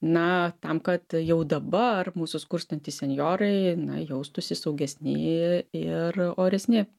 na tam kad jau dabar mūsų skurstantys senjorai na jaustųsi saugesni ir oresni